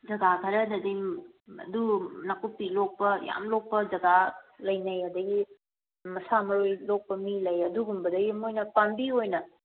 ꯖꯒꯥ ꯈꯔꯗꯗꯤ ꯑꯗꯨ ꯅꯥꯀꯨꯞꯄꯤ ꯂꯣꯛꯄ ꯌꯥꯝ ꯂꯣꯛꯄ ꯖꯒꯥ ꯂꯩꯅꯩ ꯑꯗꯒꯤ ꯁꯥ ꯃꯔꯣꯏ ꯂꯣꯛꯄ ꯃꯤ ꯂꯩ ꯑꯗꯨꯒꯨꯝꯕꯗꯩ ꯃꯣꯏꯅ ꯄꯥꯝꯕꯤ ꯑꯣꯏꯅ